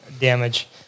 Damage